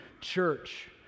church